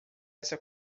essa